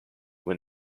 when